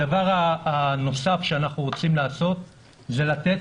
הדבר הנוסף שאנחנו רוצים לעשות זה לתת